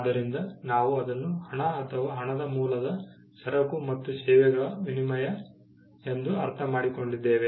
ಆದ್ದರಿಂದ ನಾವು ಅದನ್ನು ಹಣ ಅಥವಾ ಹಣದ ಮೂಲದ ಸರಕು ಮತ್ತು ಸೇವೆಗಳ ವಿನಿಮಯ ಎಂದು ಅರ್ಥಮಾಡಿಕೊಂಡಿದ್ದೇವೆ